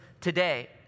today